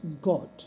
God